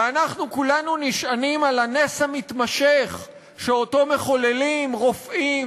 ואנחנו כולנו נשענים על הנס המתמשך שמחוללים רופאים